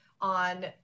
on